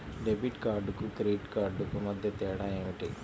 Debit కార్డుకు credit credit కార్డుకు మధ్య తేడా ఏమిటీ?